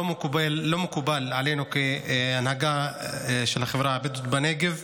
זה לא מקובל עלינו כהנהגה של החברה הבדואית בנגב.